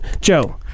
Joe